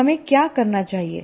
तो हमें क्या करना चाहिए